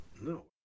no